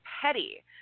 petty